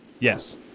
Yes